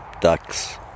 ducks